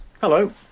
Hello